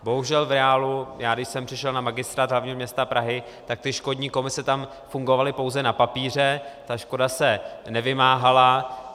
Bohužel v reálu, když jsem přišel na Magistrát hlavního města Prahy, tak ty škodní komise tam fungovaly pouze na papíře, ta škoda se nevymáhala.